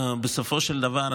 בסופו של דבר,